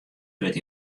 wurdt